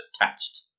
attached